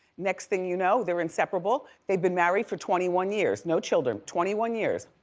next thing you know, they're inseparable, they've been married for twenty one years, no children. twenty one years.